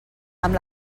amb